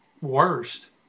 worst